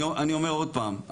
אני אומר עוד פעם,